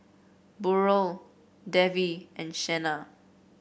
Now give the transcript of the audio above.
Burrell Davy and Shenna